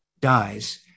dies